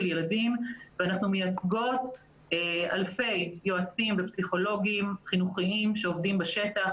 ילדים ואנחנו מייצגות אלפי יועצים ופסיכולוגים חינוכיים שעובדים בשטח,